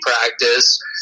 practice